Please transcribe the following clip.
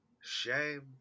shame